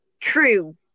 true